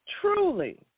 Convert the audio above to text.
Truly